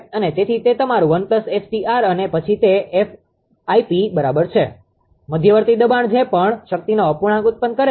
અને તેથી તે તમારું 1 𝑆𝑇𝑟 અને પછી તે બરાબર છે મધ્યવર્તી દબાણ જે પણ શક્તિનો અપૂર્ણાંક ઉત્પન્ન કરે છે